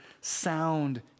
sound